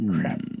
Crap